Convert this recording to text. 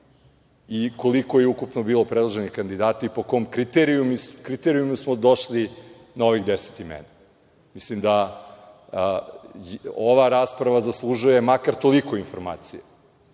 i koliko je ukupno bilo predloženih kandidata i po kom kriterijumu smo došli na ovih 10 imena. Mislim da ova rasprava zaslužuje makar toliko informacija.